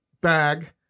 bag